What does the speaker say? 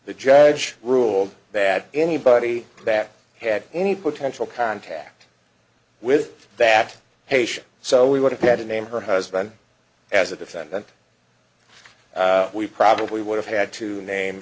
the judge ruled that anybody that had any potential contact with that patient so we would have had to name her husband as a defendant we probably would have had to name